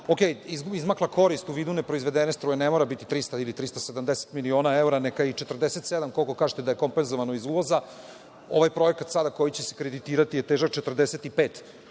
Okej, izmakla korist u vidu neproizvedene struje, ne mora biti 300 ili 370 miliona evra, neka bude i 47, koliko kažete da je kompenzovano iz uvoza. Ovaj projekat sada koji će se kreditirati je težak 45